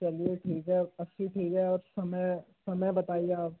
चलिए ठीक है अस्सी ठीक है आप समय समय बताइए आप